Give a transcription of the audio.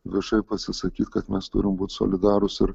viešai pasisakyt kad mes turim būti solidarūs ir